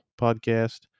podcast